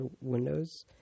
windows